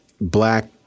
black